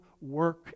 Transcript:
work